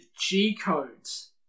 G-Codes